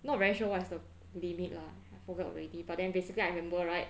not very sure what's the limit lah I forgot already but then basically I remember right